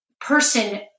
person